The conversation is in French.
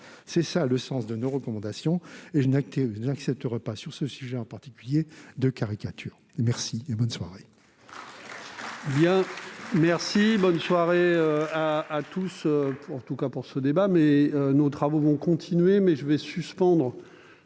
est le sens de nos recommandations et je n'accepterai pas, sur ce sujet en particulier, de caricature. Nous en avons